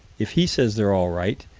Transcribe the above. if he says they're all right,